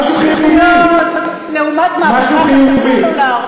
מה זה לעומת מהפכת הסלולר?